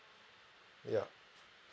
ya